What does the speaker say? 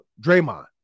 Draymond